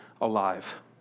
alive